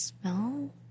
smell